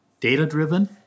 data-driven